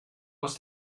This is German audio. aus